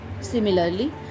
Similarly